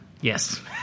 Yes